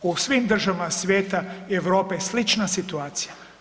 U svim državama svijeta i Europe slična situacija.